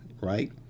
Right